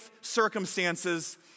Circumstances